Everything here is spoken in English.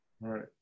right